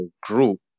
group